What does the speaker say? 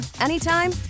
anytime